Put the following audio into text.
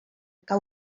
cau